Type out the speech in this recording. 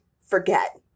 forget